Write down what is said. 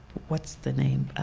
what's the name?